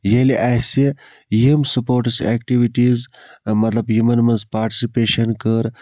ییٚلہِ اَسہِ یِم سپوٹس ایٚکٹِوِٹیٖز مَطلَب یِمَن مَنٛز پاٹسِپیشَن کٔر